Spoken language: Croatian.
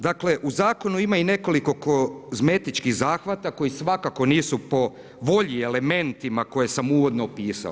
Dakle, u zakonu ima nekoliko kozmetičkih zahvata, koji svakako nisu po volji elementima, koje sam uvodno upisao.